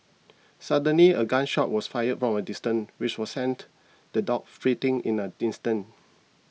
suddenly a gun shot was fired from a distance which were sent the dogs fleeing in a instant